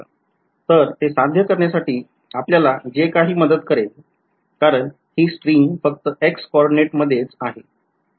तर ते सध्या करण्यासाठी आपल्याला जे काही मदत करेल कारण हि स्ट्रिंग फक्त X कोऑर्डिनेट्समध्येच आहे